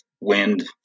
wind